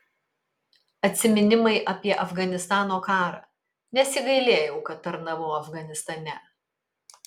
atsiminimai apie afganistano karą nesigailėjau kad tarnavau afganistane